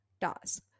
task